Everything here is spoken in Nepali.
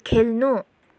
खेल्नु